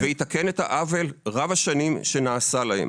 ויתקן את העוול רב-השנים שנעשה להם.